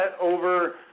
over